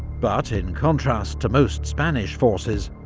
but in contrast to most spanish forces,